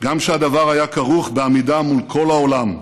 גם כשהדבר היה כרוך בעמידה מול כל העולם.